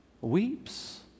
weeps